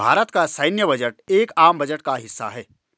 भारत का सैन्य बजट एक आम बजट का हिस्सा है